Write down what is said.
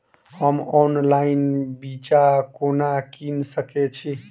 हम ऑनलाइन बिच्चा कोना किनि सके छी?